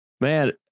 Man